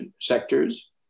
sectors